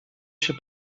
się